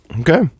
Okay